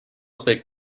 click